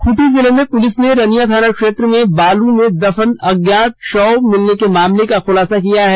खूंटी जिले में पुलिस ने रनिया थाना क्षेत्र में बालू में दफन अज्ञात शव मिलने के मामले का खुलासा किया है